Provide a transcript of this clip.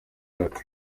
yacu